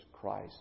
Christ